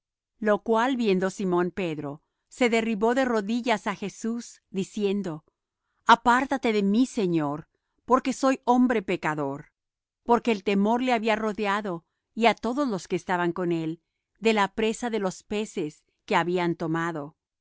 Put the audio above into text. lo cual viendo simón pedro se derribó de rodillas á jesús diciendo apártate de mí señor porque soy hombre pecador porque temor le había rodeado y á todos los que estaban con él de la presa de los peces que habían tomado